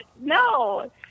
No